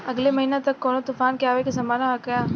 अगले महीना तक कौनो तूफान के आवे के संभावाना है क्या?